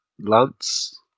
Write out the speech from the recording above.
Lance